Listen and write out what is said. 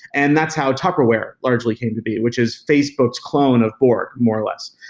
and that's how tupperware largely came to be, which is facebook's clone of borg, more or less.